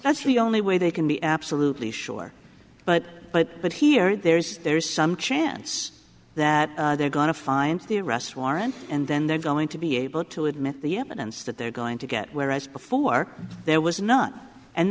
the only way they can be absolutely sure but but but here there's there's some chance that they're going to find the arrest warrant and then they're going to be able to admit the evidence that they're going to get whereas before there was none and